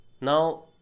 Now